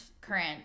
Current